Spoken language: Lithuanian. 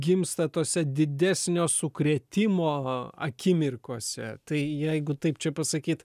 gimsta tose didesnio sukrėtimo akimirkose tai jeigu taip čia pasakyt